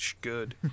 Good